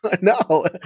No